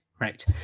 right